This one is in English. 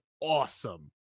awesome